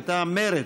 מטעם מרצ,